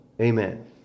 Amen